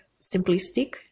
simplistic